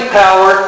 power